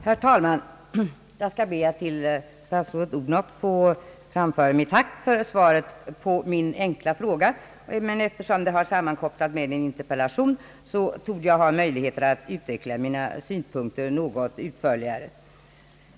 Herr talman! Jag ber att till statsrådet Odhnoff få framföra mitt tack för svaret på min enkla fråga. Eftersom det sammankopplats med svaret på en interpellation torde jag ha möjlighet att utveckla mina synpunkter något utförligare.